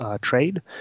trade